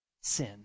sin